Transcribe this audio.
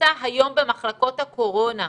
שנמצא היום במחלקות הקורונה,